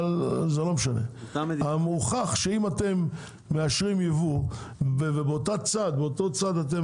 הוכח שאם אתם מאשרים ייבוא ובאותו צד אתם